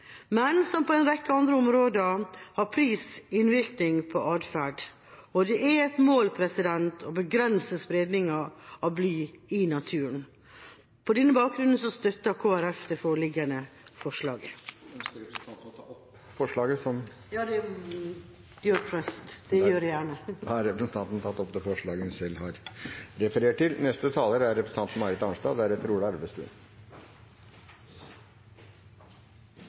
Men som på en rekke andre områder har pris innvirkning på atferd, og det er et mål å begrense spredninga av bly i naturen. På denne bakgrunn støtter Kristelig Folkeparti det foreliggende mindretallsforslaget. Ønsker representanten å ta opp forslaget, som Kristelig Folkeparti har sammen med Venstre, Sosialistisk Venstreparti og Miljøpartiet De Grønne? Ja, det gjør jeg gjerne! Representanten